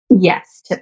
Yes